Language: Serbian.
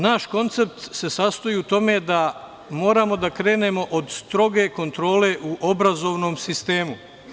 Naš koncept se sastoji u tome da moramo da krenemo od stroge kontrole u obrazovnom sistemu.